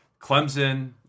Clemson